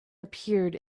appeared